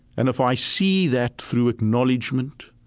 and if i see that through acknowledgment,